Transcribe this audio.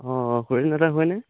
অঁ হৰেন দাদা হয়নে